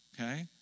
okay